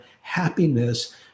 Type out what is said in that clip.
happiness